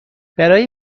برای